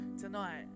tonight